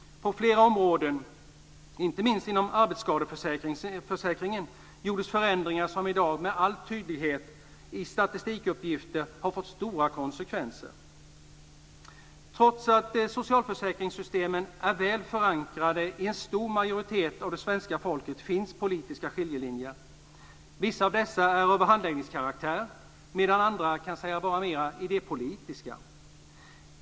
På flera områden, inte minst inom arbetsskadeförsäkringen, gjordes förändringar som i dag med all tydlighet i statistikuppgifter har fått omfattande konsekvenser. Trots att socialförsäkringssystemen är väl förankrade hos en stor majoritet av svenska folket finns det politiska skiljelinjer. Vissa av dessa är av handläggningskaraktär, medan andra kan sägas vara mer idépolitiska.